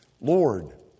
Lord